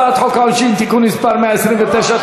הצעת חוק העונשין (תיקון מס' 129),